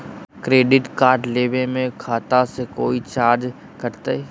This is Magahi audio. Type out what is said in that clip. क्रेडिट कार्ड लेवे में खाता से कोई चार्जो कटतई?